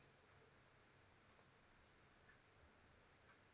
uh